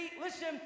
listen